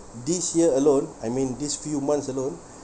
this year alone I mean these few months alone